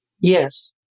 Yes